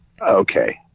Okay